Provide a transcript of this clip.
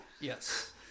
Yes